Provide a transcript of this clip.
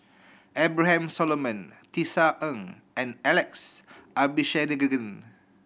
Abraham Solomon Tisa Ng and Alex Abisheganaden